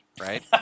right